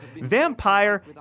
Vampire